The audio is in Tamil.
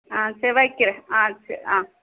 ஆ சரி வைக்கிறேன் ஆ சரி ஆ